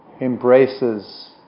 embraces